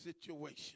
situation